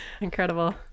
Incredible